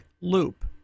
loop